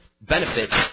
benefits